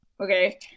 Okay